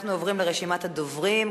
אנחנו עוברים לרשימת הדוברים.